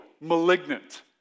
malignant